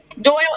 Doyle